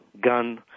gun